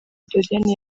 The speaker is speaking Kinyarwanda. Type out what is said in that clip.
doriane